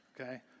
okay